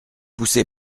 poussé